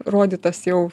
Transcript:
rodytas jau